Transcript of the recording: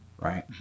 right